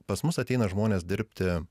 pas mus ateina žmonės dirbti